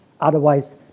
Otherwise